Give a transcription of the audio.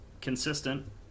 consistent